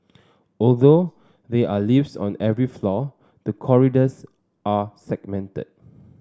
although they are lifts on every floor the corridors are segmented